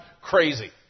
crazy